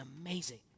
amazing